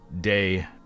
day